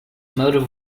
motive